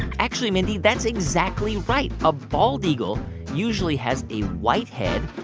actually, mindy, that's exactly right. a bald eagle usually has a white head,